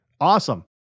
Awesome